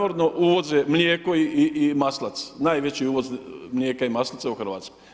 Naravno uvoze mlijeko i maslac, najveći uvoz mlijeka i maslaca u Hrvatskoj.